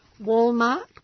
Walmart